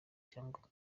cyangwa